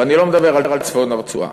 ואני לא מדבר על צפון הרצועה.